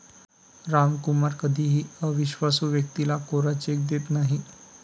रामकुमार कधीही अविश्वासू व्यक्तीला कोरा चेक देत नाही